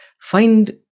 find